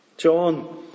John